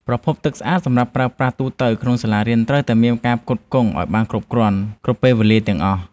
ប្រភពទឹកស្អាតសម្រាប់ការប្រើប្រាស់ទូទៅក្នុងសាលារៀនត្រូវតែមានការផ្គត់ផ្គង់ឱ្យបានគ្រប់គ្រាន់ គ្រប់ពេលវេលាទាំងអស់។